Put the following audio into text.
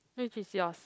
which is yours